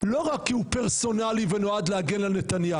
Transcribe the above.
לא רק כי הוא פרסונלי ונועד להגן על נתניהו.